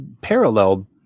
parallel